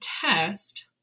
test